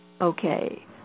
Okay